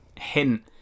hint